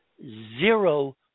zero